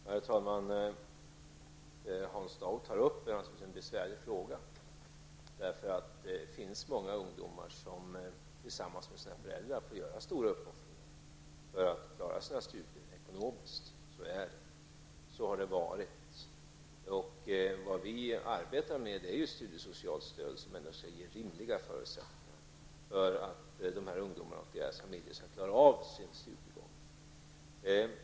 Herr talman! Det Hans Dau tar upp är naturligtvis en besvärlig fråga. Det finns många ungdomar, som tillsammans med sina föräldrar, får göra stora uppoffringar för att ekonomiskt klara av sina studier. Så är det. Så har det varit. Vi arbetar med ett studiesocialt stöd som skall ge rimliga förutsättningar för att de här ungdomarna och deras familjer ändå skall klara av sin studiegång.